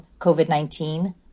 COVID-19